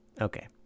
Okay